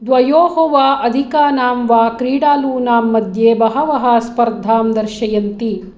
द्वयोः वा अधिकानां वा क्रीडालूनाम्मध्ये बहवः स्पर्धां दर्शयन्ति